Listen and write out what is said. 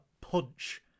punch